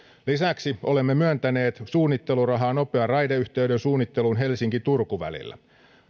lisäksi olemme myöntäneet suunnittelurahaa nopean raideyhteyden suunnitteluun helsinki turku välillä